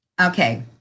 Okay